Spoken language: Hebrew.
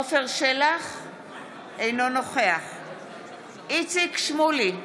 אינו נוכח איציק שמולי,